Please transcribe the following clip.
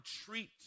treat